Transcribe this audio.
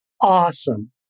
awesome